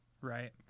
Right